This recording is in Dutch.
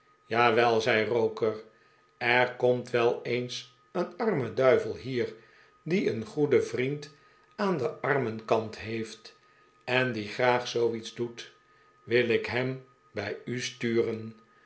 jawel zei roker er komt wel eens een arme duivel hier die een goeden vriend aah den armenkant heeft en die graag zooiets doet wil ik hem bij u sturen